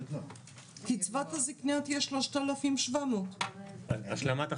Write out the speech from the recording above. קצבת הזקנה תהיה 3,700. השלמת הכנסה,